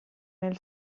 nel